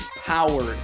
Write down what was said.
powered